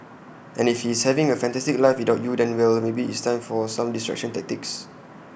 and if he's having A fantastic life without you then well maybe it's time for some distraction tactics